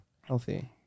Healthy